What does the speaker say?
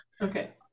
okay